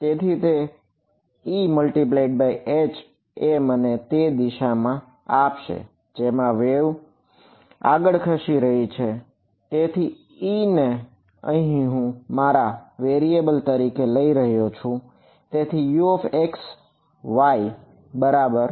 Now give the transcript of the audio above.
તેથી E×H એ મને તે દિશા આપશે જેમાં વેવ તરીકે લઇ રહ્યો છું તેથી Uxy બરાબર